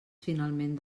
finalment